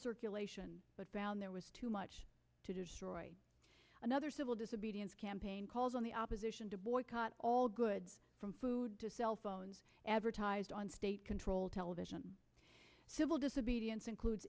circulation but found there was too much another civil disobedience campaign calls on the opposition to boycott all goods from food to cell phones advertised on state controlled television civil disobedience includes